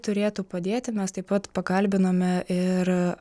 turėtų padėti mes taip pat pakalbinome ir